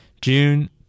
June